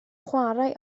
chwarae